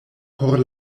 por